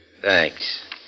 Thanks